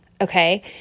Okay